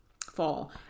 fall